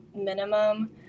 minimum